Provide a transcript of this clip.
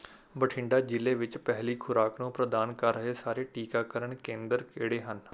ਬਠਿੰਡਾ ਜ਼ਿਲ੍ਹੇ ਵਿੱਚ ਪਹਿਲੀ ਖੁਰਾਕ ਨੂੰ ਪ੍ਰਦਾਨ ਕਰ ਰਹੇ ਸਾਰੇ ਟੀਕਾਕਰਨ ਕੇਂਦਰ ਕਿਹੜੇ ਹਨ